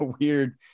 weird